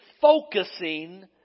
focusing